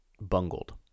bungled